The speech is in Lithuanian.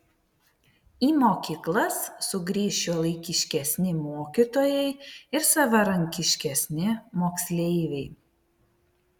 į mokyklas sugrįš šiuolaikiškesni mokytojai ir savarankiškesni moksleiviai